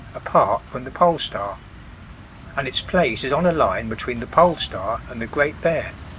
apart from the pole star and its place is on a line between the pole star and the great bear.